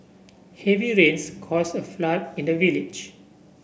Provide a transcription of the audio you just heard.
heavy rains cause a flood in the village